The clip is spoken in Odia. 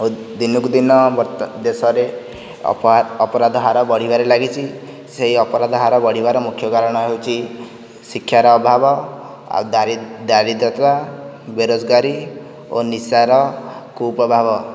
ଦିନକୁ ଦିନ ଦେଶରେ ଅପରାଧ ହାର ବଢ଼ିବାରେ ଲାଗିଛି ସେହି ଅପରାଧ ହାର ବଢ଼ିବାର ମୁଖ୍ୟ କାରଣ ହେଉଛି ଶିକ୍ଷାର ଅଭାବ ଆଉ ଦାରିଦ୍ରତା ବେରୋଜଗାରୀ ଓ ନିଶାର କୁପ୍ରଭାବ